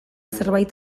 zerbait